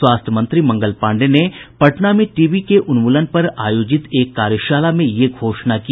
स्वास्थ्य मंत्री मंगल पांडेय ने पटना में टीबी के उन्मूलन पर आयोजित एक कार्यशाला में यह घोषणा की